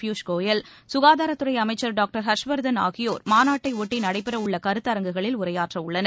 பியூஷ் கோயல் சுகாதாரத்துறை அமைச்சர் டாக்டர் ஹர்ஷ்வர்தன் ஆகியோர் மாநாட்டை ஒட்டி நடைபெறவுள்ள கருத்தரங்குகளில் உரையாற்றவுள்ளனர்